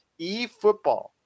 eFootball